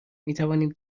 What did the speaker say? میتوانیم